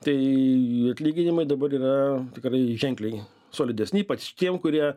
tai atlyginimai dabar yra tikrai ženkliai solidesni ypač tiem kurie